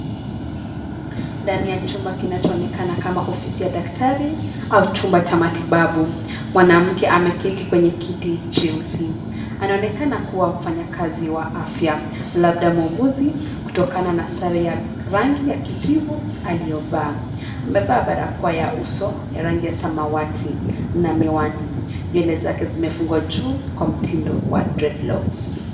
Ndani ya chumba kinachoonekana kama ofisi ya daktari, au chumba cha matibabu. Mwanamke ameketi kwenye kiti cheusi. Anaonekana kuwa mfanyakazi wa afya, labda muuguzi, kutokana na sare ya rangi ya kijivu aliyovaa. Amevaa barakoa ya uso, ya rangi ya samawati, na miwani. Nywele zake zimefungwa juu, kwa mtindo wa dreadlocks .